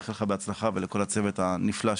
מאחל לך בהצלחה, ולכל הצוות הנפלא שאיתך.